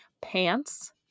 pants